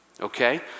Okay